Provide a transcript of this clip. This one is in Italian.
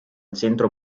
centro